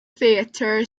theater